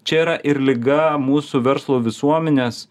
čia yra ir liga mūsų verslo visuomenės